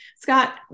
Scott